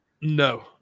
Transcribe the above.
No